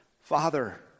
Father